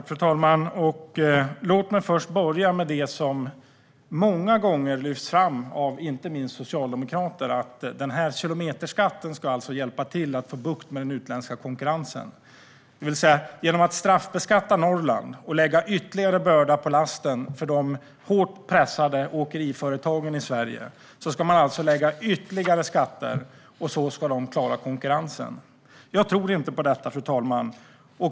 Fru talman! Låt mig börja med det som många gånger lyfts fram, inte minst av socialdemokrater, om att den här kilometerskatten ska hjälpa till att få bukt med den utländska konkurrensen. Genom att straffbeskatta Norrland lägger man ytterligare börda på lasten för de hårt pressade åkeriföretagen i Sverige. De ska alltså betala ytterligare skatter och samtidigt klara konkurrensen. Jag tror inte på detta, fru talman!